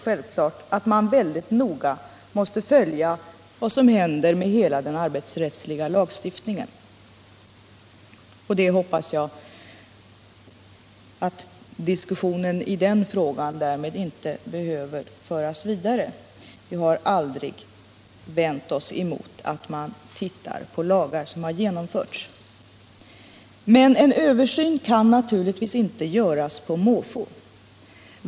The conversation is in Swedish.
Självfallet måste man mycket noga följa vad som händer med hela den arbetsrättsliga lagstiftningen. Jag hoppas att diskussionen i den frågan därmed inte behöver föras vidare. Vi har aldrig vänt oss mot att man tittar på lagar som har genomförts. Men en översyn kan naturligtvis inte göras på måfå.